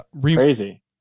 crazy